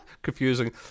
Confusing